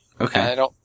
Okay